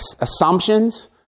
assumptions